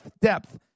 depth